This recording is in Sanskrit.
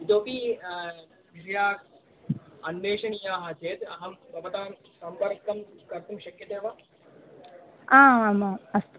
इतोपि विषयाः अन्वेषणीयाः चेत् अहं भवन्तं सम्पर्कं कर्तुं शक्यते वा आमामाम् अस्तु